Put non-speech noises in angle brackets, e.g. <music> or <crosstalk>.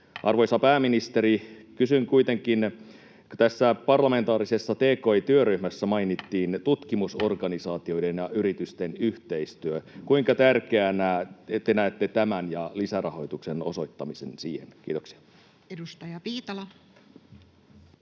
Arvoisa pääministeri, kysyn kuitenkin, kun tässä parlamentaarisessa tki-työryhmässä mainittiin <noise> tutkimusorganisaatioiden ja yritysten yhteistyö: kuinka tärkeänä te näette tämän ja lisärahoituksen osoittamisen siihen? — Kiitoksia. Edustaja Viitala.